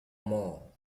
more